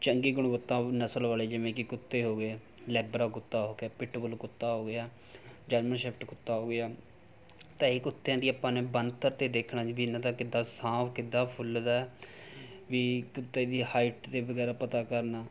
ਚੰਗੀ ਗੁਣਵੱਤਾ ਨਸਲ ਵਾਲੇ ਜਿਵੇਂ ਕਿ ਕੁੱਤੇ ਹੋ ਗਏ ਲੈਬਰਾ ਕੁੱਤਾ ਹੋ ਗਿਆ ਪਿਟਬੁੱਲ ਕੁੱਤਾ ਹੋ ਗਿਆ ਜਰਮਨ ਸ਼ੈਫਰਡ ਕੁੱਤਾ ਹੋ ਗਿਆ ਤਾਂ ਇਹ ਕੁੱਤਿਆਂ ਦੀ ਆਪਾਂ ਨੇ ਬਣਤਰ ਅਤੇ ਦੇਖਣਾ ਵੀ ਇਨ੍ਹਾਂ ਦਾ ਕਿੱਦਾਂ ਸਾਹ ਕਿੱਦਾਂ ਫੁੱਲਦਾ ਵੀ ਕੁੱਤੇ ਦੀ ਹਾਈਟ ਅਤੇ ਵਗੈਰਾ ਪਤਾ ਕਰਨਾ